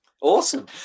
awesome